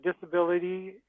disability